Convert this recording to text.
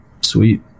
sweet